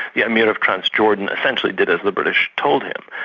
yeah emir of transjordan essentially did as the british told him.